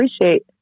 appreciate